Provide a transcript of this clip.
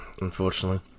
unfortunately